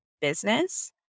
business